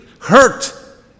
hurt